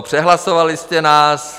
Přehlasovali jste nás.